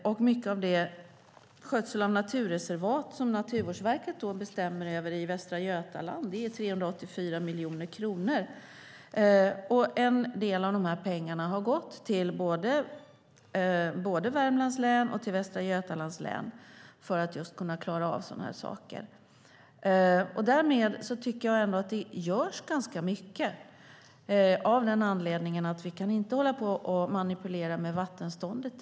När det gäller skötsel av naturreservat som Naturvårdsverket bestämmer över i Västra Götaland är det 384 miljoner kronor. En del av de pengarna har gått till Värmlands län och till Västra Götalands län för att kunna klara av sådana här saker. Därmed tycker jag att det görs ganska mycket. Vi kan inte hålla på och manipulera vattenståndet.